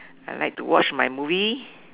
I like to watch my movie